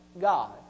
God